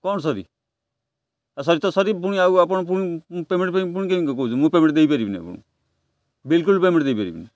କ'ଣ ସରି ଆ ସରି ତ ସରି ପୁଣି ଆଉ ଆପଣ ପୁଣି ପେମେଣ୍ଟ ପାଇଁ ପୁଣି କେମ୍ତି କହୁଛ ମୁଁ ପେମେଣ୍ଟ ଦେଇପାରିବିନି ଆପଣଙ୍କୁ ବିଲକୁଲ ପେମେଣ୍ଟ ଦେଇପାରିବିନି